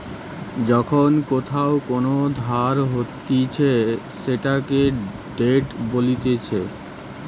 যখন কোথাও কোন ধার হতিছে সেটাকে ডেট বলতিছে